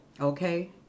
Okay